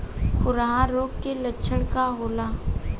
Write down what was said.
खुरहा रोग के लक्षण का होला?